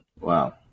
Wow